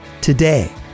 today